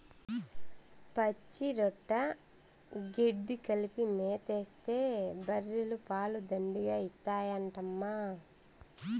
పచ్చిరొట్ట గెడ్డి కలిపి మేతేస్తే బర్రెలు పాలు దండిగా ఇత్తాయంటమ్మా